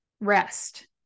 rest